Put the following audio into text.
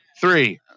Three